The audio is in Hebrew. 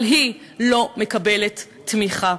אבל היא לא מקבלת תמיכה.